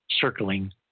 circling